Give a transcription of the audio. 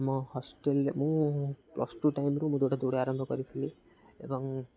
ମୋ ହଷ୍ଟେଲ୍ରେ ମୁଁ ପ୍ଲସ୍ ଟୁ ଟାଇମ୍ରୁ ମୁଁ ଦୌଡ଼ାଦୌଡ଼ି ଆରମ୍ଭ କରିଥିଲି ଏବଂ